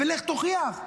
לך תוכיח.